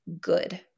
good